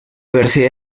verse